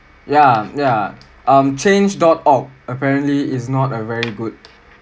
ya ya um change dot org apparently is not a very good